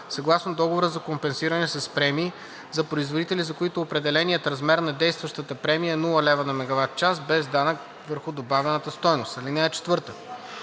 съгласно договора за компенсиране с премии, за производители, за които определеният размер на действащата премия е 0,00 лв./MWh без данък върху добавената стойност. (4) Общественият